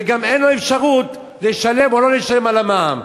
וגם אין לו אפשרות לשלם או לא לשלם על המע"מ?